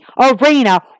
arena